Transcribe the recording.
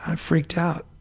ah freaked out.